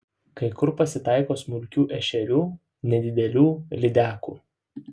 kai kur pasitaiko smulkių ešerių nedidelių lydekų